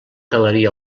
galeria